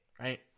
right